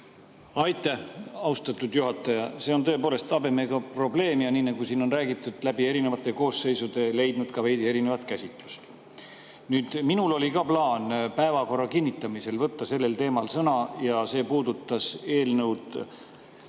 Aitäh, austatud juhataja! See on tõepoolest habemega probleem ja nii nagu siin on räägitud, erinevate koosseisude ajal on see leidnud ka veidi erinevat käsitlust. Minul oli ka plaan päevakorra kinnitamisel sellel teemal sõna võtta. See puudutas eelnõu 282, Eesti